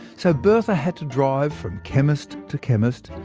so bertha had to drive from chemist to chemist,